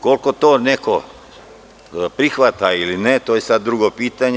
Koliko to neko prihvata ili ne, to je sada drugo pitanje.